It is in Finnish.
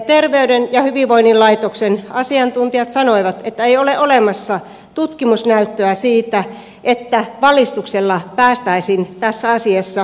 terveyden ja hyvinvoinnin laitoksen asiantuntijat sanoivat että ei ole olemassa tutkimusnäyttöä siitä että valistuksella päästäisiin tässä asiassa eteenpäin